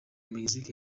mexique